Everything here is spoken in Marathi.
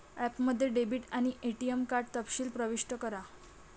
ॲपमध्ये डेबिट आणि एटीएम कार्ड तपशील प्रविष्ट करा